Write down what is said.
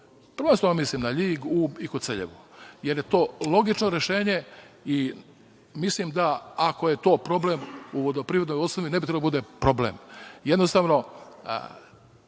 Prvenstveno mislim na LJig, Ub i Koceljevu, jer je to logično rešenje i mislim da, ako je to problem u vodoprivrednoj osnovi, ne bi trebalo da bude problem. Jednostavno,